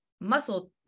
muscle